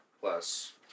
plus